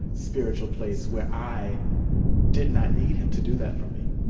spiritual place where i did not need him to do that for me